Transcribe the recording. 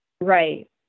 Right